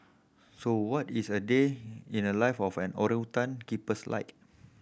so what is a day in the life of an orangutan keepers like